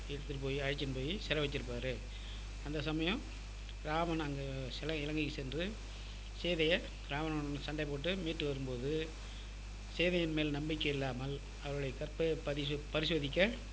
எடுத்துகிட்டு போயி அழைச்சுன்னு போயி சிறை வச்சுருப்பாரு அந்த சமயம் ராவணன் அங்கே செல இலங்கைக்கு சென்று சீதையை ராவணனுடன் சண்டை போட்டு மீட்டு வரும்போது சீதையின் மேல் நம்பிக்கை இல்லாமல் அவருடைய கற்பை பரிசோ பரிசோதிக்க